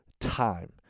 time